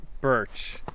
birch